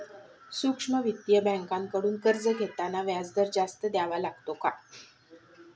सूक्ष्म वित्तीय बँकांकडून कर्ज घेताना व्याजदर जास्त द्यावा लागतो का?